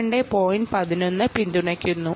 11നെ പിന്തുണയ്ക്കുന്നു